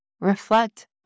reflect